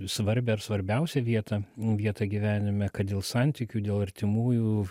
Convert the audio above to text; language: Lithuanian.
svarbią ar svarbiausią vietą vietą gyvenime kad dėl santykių dėl artimųjų